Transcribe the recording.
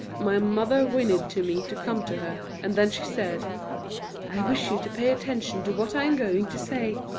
my mother whinnied to me to come to her, and then she said i wish you to pay attention to what i am going to say.